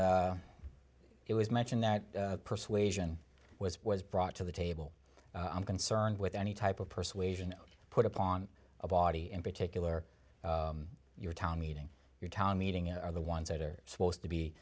is it was mentioned that persuasion was was brought to the table i'm concerned with any type of person asian put upon a body in particular your town meeting your town meeting are the ones that are supposed